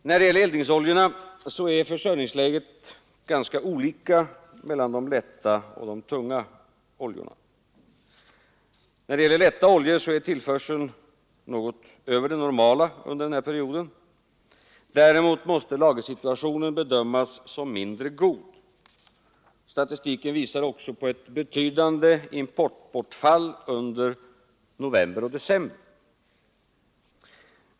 När det gäller eldningsoljorna är försörjningsläget ganska olika för de lätta och de tunga oljorna. När det gäller lätta oljor är tillförseln något över det normala under den här perioden. Däremot måste lagersituationen bedömas som mindre god. Statistiken visar också på ett betydande importbortfall under november och december.